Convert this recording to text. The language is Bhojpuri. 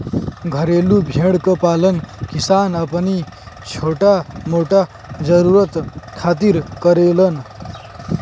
घरेलू भेड़ क पालन किसान अपनी छोटा मोटा जरुरत खातिर करेलन